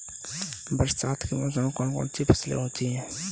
बरसात के मौसम में कौन कौन सी फसलें होती हैं?